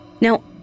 Now